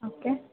okay